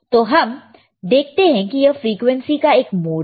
तो हम देखते हैं कि यह फ्रीक्वेंसी का एक मोड है